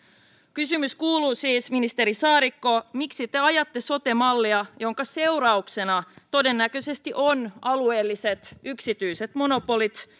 kysymys kuuluu siis ministeri saarikko miksi te ajatte sote mallia jonka seurauksena todennäköisesti ovat alueelliset yksityiset monopolit